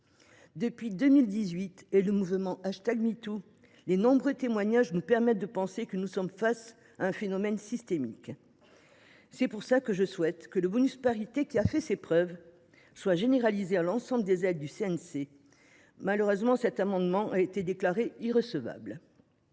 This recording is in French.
Depuis 2018 et le mouvement #MeToo, les nombreux témoignages nous permettent de penser que nous faisons face à un phénomène systémique. C’est la raison pour laquelle je souhaite que le bonus parité, qui a fait ses preuves, soit généralisé à l’ensemble des aides du CNC. Malheureusement, l’amendement que j’avais